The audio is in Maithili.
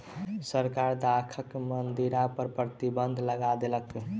सरकार दाखक मदिरा पर प्रतिबन्ध लगा देलक